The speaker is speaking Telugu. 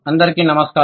అందరికీ నమస్కారం